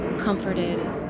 comforted